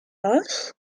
was